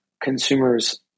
consumers